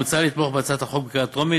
מוצע לתמוך בהצעת החוק בקריאה טרומית